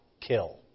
kill